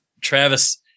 Travis